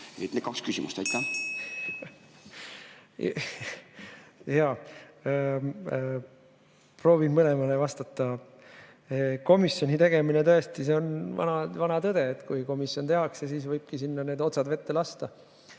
Need kaks küsimust. Jaa. (Naerab.) Proovin mõlemale vastata. Komisjoni tegemine – tõesti, see on vana tõde, et kui komisjon tehakse, siis võibki sinna need otsad vette lasta.